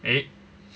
eh